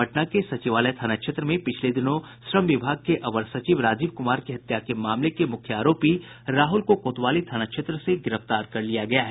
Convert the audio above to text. पटना के सचिवालय थाना क्षेत्र में पिछले दिनों श्रम विभाग के अवर सचिव राजीव कुमार की हत्या के मामले में मुख्य आरोपी राहुल को कोतवाली थाना क्षेत्र से गिरफ्तार कर लिया गया है